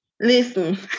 listen